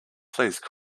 please